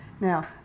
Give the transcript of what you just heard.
Now